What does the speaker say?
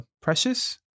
precious